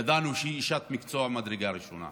ידענו שהיא אשת מקצוע ממדרגה ראשונה.